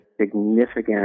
significant